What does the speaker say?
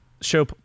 show